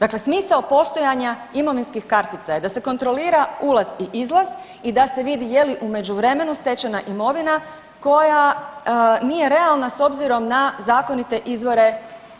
Dakle, smisao postojanja imovinskih kartica je da se kontrolira ulaz i izlaz i da se vidi je li u međuvremenu stečena imovina koja nije realna s obzirom na zakonite izvore